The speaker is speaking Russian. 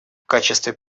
качестве